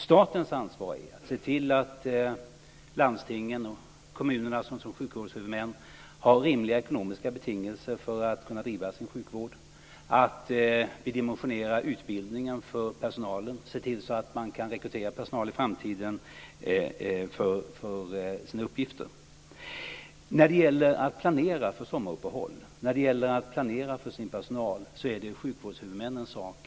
Statens ansvar är att se till att landstingen och kommunerna som sjukvårdshuvudmän har rimliga ekonomiska betingelser för att kunna bedriva sin sjukvård, att dimensionera utbildningen för personalen och se till att man kan rekrytera personal i framtiden för sina uppgifter. Det är sjukvårdshuvudmännens ansvar att planera för sin personal under sommaruppehållet.